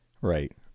Right